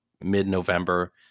mid-November